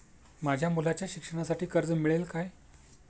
माझ्या मुलाच्या शिक्षणासाठी कर्ज मिळेल काय?